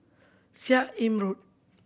Seah Im Road